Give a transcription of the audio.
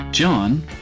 John